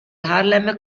harlem